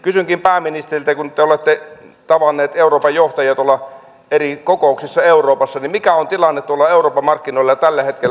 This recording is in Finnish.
kysynkin pääministeriltä kun te olette tavannut euroopan johtajia tuolla eri kokouksissa euroopassa mikä on tilanne tuolla euroopan markkinoilla tällä hetkellä